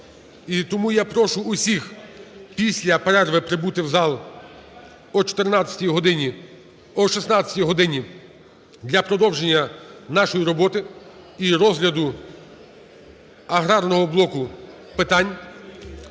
тому я прошу усіх після перерви прибути в зал о 14 годині… о 16 годині для продовження нашої роботи і розгляду аграрного блоку питань.